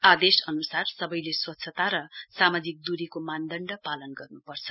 आदेश अनुसार सवैले स्वच्छता र सामाजिक दूरीको मानदण्ड पालन गर्नुपर्छ